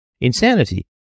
Insanity